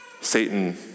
Satan